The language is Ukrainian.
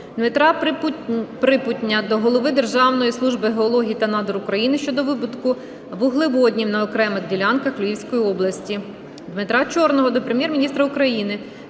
Дмитра Припутня до голови Державної служби геології та надр України щодо видобутку вуглеводнів на окремих ділянках Львівської області. Дмитра Чорного до Прем'єр-міністра України,